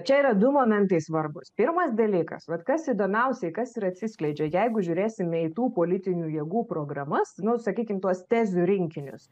čia yra du momentai svarbūs pirmas dalykas vat kas įdomiausiai kas ir atsiskleidžia jeigu žiūrėsime į tų politinių jėgų programas nu sakykim tuos tezių rinkinius